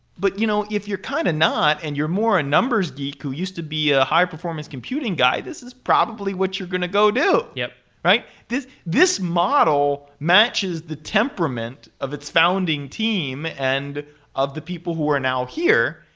but you know if you're kind of not and you're more a numbers geek who used to be a high performance computing guy, this is probably what you're going to go do. yeah this this model matches the temperament of its founding team and of the people who are now here.